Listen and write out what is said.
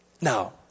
Now